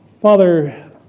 Father